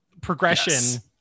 progression